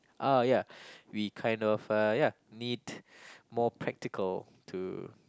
ah ya we kind of ah ya need more practical to